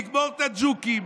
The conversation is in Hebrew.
לגמור את הג'וקים,